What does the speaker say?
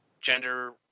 gender